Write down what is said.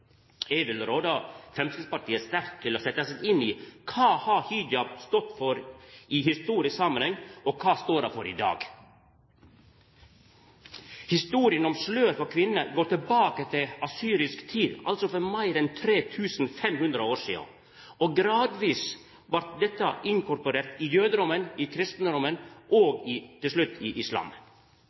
Eg vil råde Framstegspartiet sterkt til å setje seg inn i kva hijab har stått for i historisk samanheng, og kva han står for i dag. Historia om slør for kvinner går tilbake til assyrisk tid, altså meir enn 3 500 år. Gradvis vart dette inkorporert i jødedommen, i kristendommen og til slutt i islam.